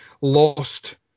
lost